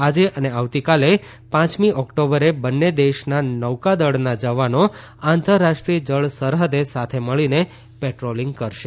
આજે અને આવતીકાલે પાંચમી ઓક્ટોબરે બંને દેશના નૌકાદળના જવાનો આંતરરાષ્ટ્રીય જળ સરહદે સાથે મળીને પેટ્રોલિંગ કરશે